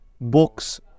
books